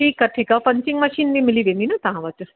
ठीकु आहे ठीकु आहे पंचिंग मशीन बि मिली वेंदी न तव्हां वटि